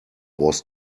was